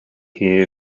here